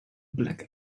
black